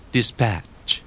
Dispatch